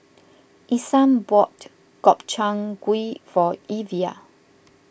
Isam bought Gobchang Gui for Evia